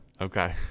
Okay